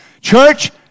church